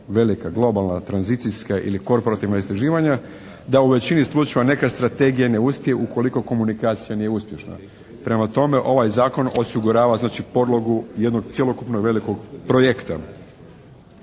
velika globalna tranzicijska ili korporativna istraživanja da u većini slučajeva neka strategije ne uspije ukoliko komunikacija nije uspješna. Prema tome ovaj zakon osigurava znači podlogu jednog cjelokupnog velikog projekta.